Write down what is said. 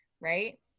right